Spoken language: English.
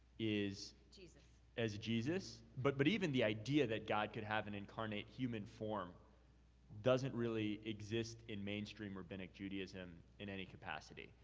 is jesus. as jesus, but but even the idea that god can have and incarnate human form doesn't really exist in mainstream rabbinic judaism in any capacity.